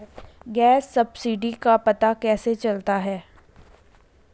Gas subsidy का पता कैसे चलता है?